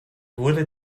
wurde